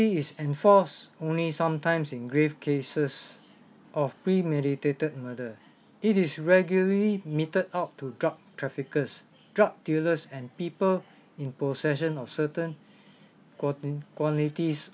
is enforced only sometimes in grave cases of premeditated murder it is regularly meted out to drug traffickers drug dealers and people in possession of certain quanti~ quantities